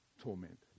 torment